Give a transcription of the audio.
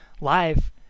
live